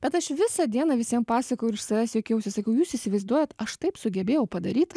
bet aš visą dieną visiem pasakojau ir iš savęs juokiausi sakiau jūs įsivaizduojat aš taip sugebėjau padaryt